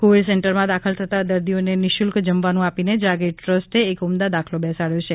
Covid સેન્ટરમાં દાખલ થતાં દર્દીઓને નિઃશુલ્ક જમવાનું આપીને જાગીર ટ્રસ્ટે એક ઉમદા દાખલો બેસાડયો છે